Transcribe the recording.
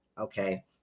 Okay